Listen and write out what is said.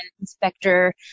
inspector